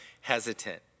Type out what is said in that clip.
hesitant